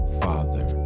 father